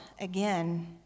again